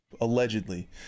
allegedly